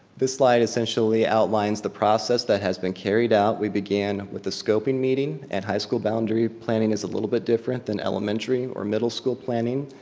this slide essentially outlines the process that has been carried out. we began with the scoping meeting and high school boundary planning is a little bit different than elementary or middle school planning.